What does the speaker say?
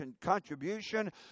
contribution